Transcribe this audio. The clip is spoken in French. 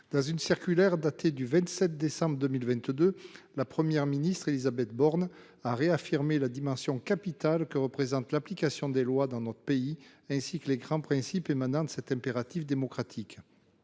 Dans une circulaire datée du 27 décembre 2022. La Première ministre Élisabeth Borne a réaffirmé la dimension capitale que représente l'application des lois dans notre pays, ainsi que les grands principes émanant cet impératif démocratique.